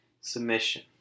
submission